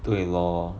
对 lor